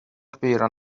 kbira